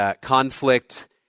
conflict